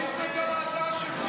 האופוזיציה התנגדה להצעה שלי,